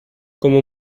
como